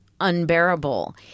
unbearable